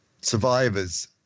survivors